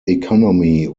economy